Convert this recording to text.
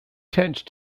tench